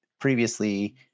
previously